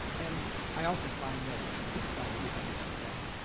and i also find that just about everybody does that.